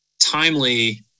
timely